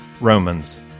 Romans